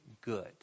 good